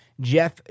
Jeff